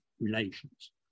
relations